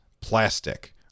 plastic